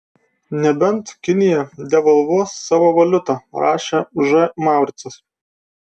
nebent kinija devalvuos savo valiutą rašė ž mauricas